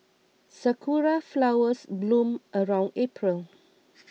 sakura flowers bloom around April